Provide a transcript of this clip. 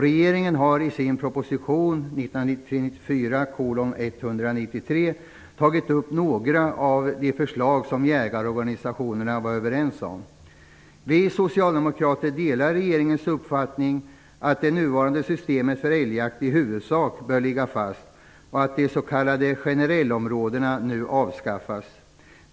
Regeringen har i sin proposition 1993/94:193 tagit fasta på några av de förslag som jägarorganisationerna var överens om. Vi socialdemokrater delar regeringens uppfattning att det nuvarande systemet för älgjakt i huvudsak bör ligga fast och att de s.k. generellområdena nu bör avskaffas.